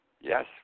Yes